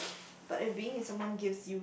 but if being with someone gives you